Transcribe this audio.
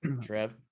Trev